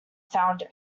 found